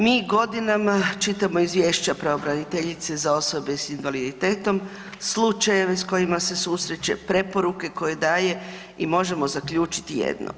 Mi godinama čitamo izvješća pravobraniteljice za osobe sa invaliditetom, slučajeve s kojima se susreće, preporuke koje daje i možemo zaključiti jedno.